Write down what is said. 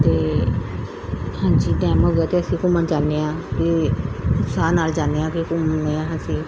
ਅਤੇ ਹਾਂਜੀ ਡੈਮ ਹੋ ਗਿਆ ਅਤੇ ਅਸੀਂ ਘੁੰਮਣ ਜਾਂਦੇ ਹਾਂ ਅਤੇ ਉਤਸ਼ਾਹ ਨਾਲ ਜਾਂਦੇ ਹਾਂ ਕਿ ਘੁੰਮਦੇ ਹਾਂ ਅਸੀਂ